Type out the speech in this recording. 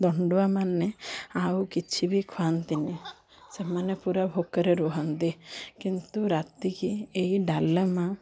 ଦଣ୍ଡୁଆମାନେ ଆଉ କିଛି ବି ଖୁଆନ୍ତିନି ସେମାନେ ପୁରା ଭୋକରେ ରୁହନ୍ତି କିନ୍ତୁ ରାତିକି ଏଇ ଡାଲମା